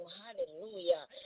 hallelujah